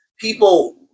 people